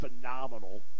phenomenal